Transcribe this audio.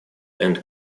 and